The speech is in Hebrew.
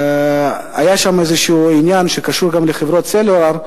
היה שם גם איזה עניין שקשור גם לחברות הסלולר,